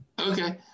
Okay